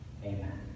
Amen